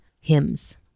hymns